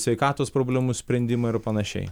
sveikatos problemų sprendimą ir panašiai